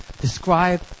describe